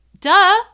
duh